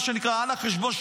מה שנקרא על החשבון,